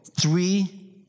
three